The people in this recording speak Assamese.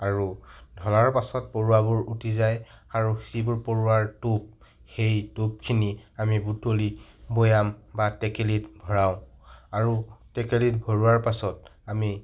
আৰু ঢলাৰ পাছত পৰুৱাবোৰ উটি যায় আৰু সেইবোৰ পৰুৱাৰ টোপ সেই টোপখিনি আমি বুটলি বৈয়াম বা টেকেলীত ভৰাওঁ আৰু টেকেলীত ভৰোৱাৰ পাছত আমি